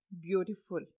beautiful